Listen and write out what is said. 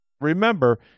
remember